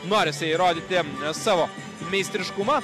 norisi įrodyti savo meistriškumą